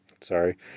sorry